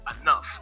enough